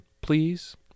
please